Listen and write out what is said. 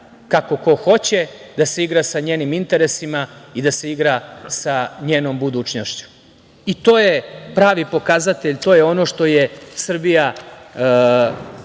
kako ko hoće, da se igra sa njenim interesima i da se igra sa njenom budućnošću. To je pravi pokazatelj, to je ono što je Srbija